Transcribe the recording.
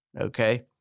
Okay